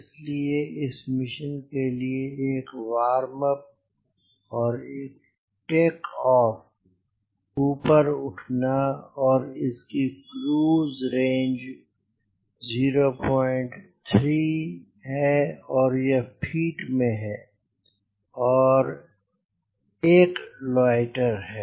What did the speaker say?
इसलिए इस मिशन के लिए यह एक वार्म अप और टेक ऑफ ऊपर उठना और इसकी क्रूज रेंज 03 है और यह फ़ीट में है और और एक लॉयटेर है